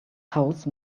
house